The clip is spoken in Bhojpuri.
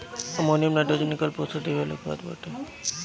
अमोनियम नाइट्रोजन एकल पोषण देवे वाला खाद बाटे